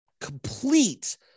complete